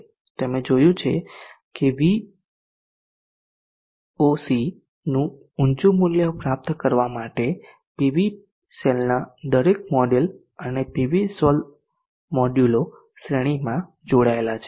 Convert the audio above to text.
તમે જોયું છે કે VOC નુંઊચું મૂલ્ય પ્રાપ્ત કરવા માટે પીવી સેલના દરેક મોડેલ અને પીવી સેલ મોડ્યુલો શ્રેણીમાં જોડાયેલા છે